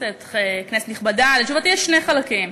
כנסת נכבדה, לתשובתי יש שני חלקים.